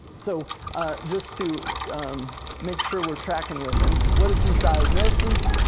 so just to make sure we're tracking with him, what is his diagnosis?